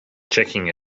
checking